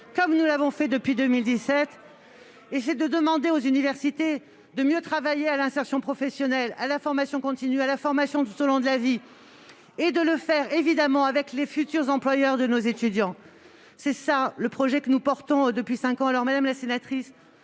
ce que nous avons fait depuis 2017 ! Il propose également de demander aux universités de mieux travailler à l'insertion professionnelle, à la formation continue, à la formation tout au long de la vie, et de le faire évidemment avec les futurs employeurs des étudiants. Voilà le projet que nous défendons depuis cinq ans. Madame la sénatrice,